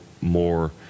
more